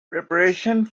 preparations